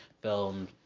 film